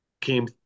came